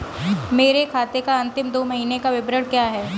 मेरे खाते का अंतिम दो महीने का विवरण क्या है?